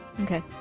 Okay